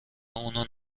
اونو